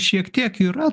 šiek tiek yra